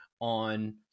on